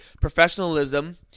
professionalism